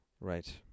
Right